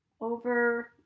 Over